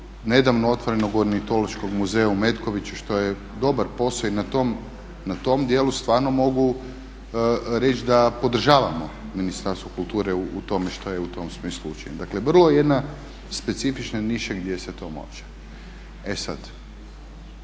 nedavno otvorenog Ornitološkog muzeja u Metkoviću što je dobar posao i na tom dijelu stvarno mogu reći da podržavamo Ministarstvo kulture u tome što je u tom smislu učinilo. Dakle vrlo jedna specifična niša gdje se to može. E sad,